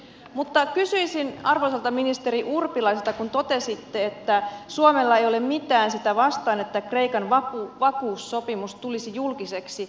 mutta kysyisin arvoisalta ministeri urpilaiselta kun totesitte että suomella ei ole mitään sitä vastaan että kreikan vakuussopimus tulisi julkiseksi